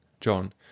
John